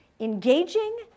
Engaging